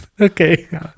Okay